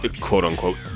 quote-unquote